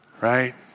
Right